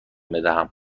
بدهم